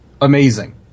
amazing